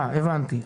הבנתי.